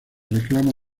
reclama